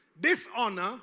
Dishonor